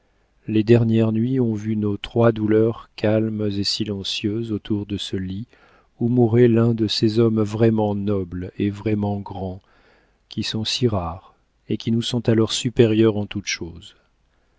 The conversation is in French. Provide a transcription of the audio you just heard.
les dernières nuits ont vu nos trois douleurs calmes et silencieuses autour de ce lit où mourait l'un de ces hommes vraiment nobles et vraiment grands qui sont si rares et qui nous sont alors supérieurs en toute chose